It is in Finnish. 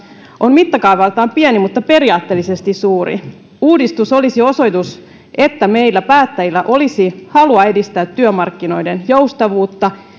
on mittakaavaltaan pieni mutta periaatteellisesti suuri uudistus olisi osoitus että meillä päättäjillä olisi halua edistää työmarkkinoiden joustavuutta